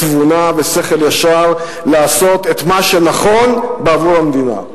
תבונה ושכל ישר לעשות את מה שנכון בעבור המדינה.